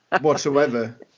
whatsoever